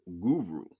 guru